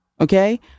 okay